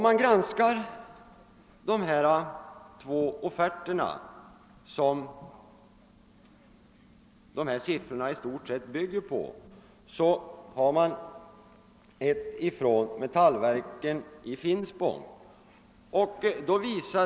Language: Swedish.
Den ena av de två offerter som dessa siffror i stor sett bygger på har lämnats av metallverken i Finspong.